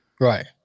Right